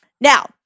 Now